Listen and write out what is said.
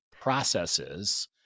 processes